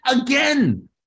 again